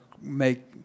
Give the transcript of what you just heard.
make